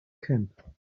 camp